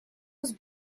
was